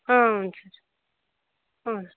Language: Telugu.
అవును సార్ అవును